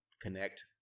connect